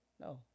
No